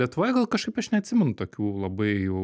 lietuvoje gal kažkaip aš neatsimenu tokių labai jau